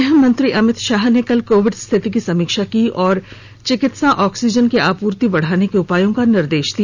गृह मंत्री अमित शाह ने कल कोविड स्थिति की समीक्षा की और चिकित्सा ऑक्सीजन की आपूर्ति बढ़ाने के उपायों का निर्देश दिया